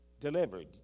delivered